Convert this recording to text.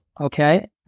okay